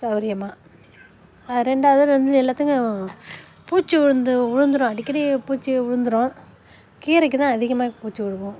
சௌகரியம்மா ரெண்டாவது வந்து எல்லாத்துக்கும் பூச்சு உழுந் விழுந்துரும் அடிக்கடி பூச்சு விழுந்துரும் கீரைக்கு தான் அதிகமாக பூச்சு விழுவும்